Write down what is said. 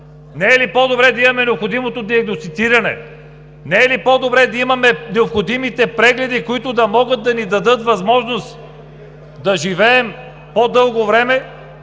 не е ли по-добре да имаме необходимото диагностициране, не е ли по-добре да имаме необходимите прегледи, които да ни дадат възможност да живеем по-дълго време